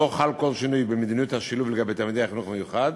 לא חל כל שינוי במדיניות השילוב לגבי תלמידי החינוך המיוחד.